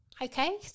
Okay